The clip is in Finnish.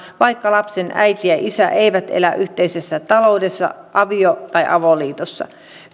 vaikka lapsen äiti ja isä eivät elä yhteisessä taloudessa avio tai avoliitossa